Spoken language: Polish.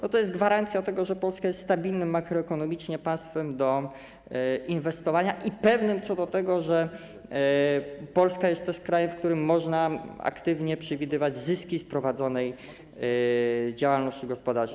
Bo to jest gwarancja, że Polska jest stabilnym makroekonomicznie państwem do inwestowania, to pewność co do tego, że Polska jest też krajem, w którym można aktywnie przewidywać zyski z prowadzonej działalności gospodarczej.